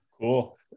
Cool